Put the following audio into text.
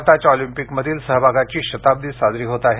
भारताच्या ऑलिंपिकमधील सहभागाची शताब्दी साजरी होते आहे